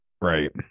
Right